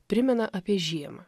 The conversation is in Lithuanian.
primena apie žiemą